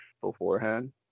beforehand